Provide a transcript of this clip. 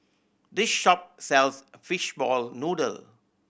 this shop sells fishball noodle